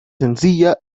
sencilla